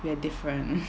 we are different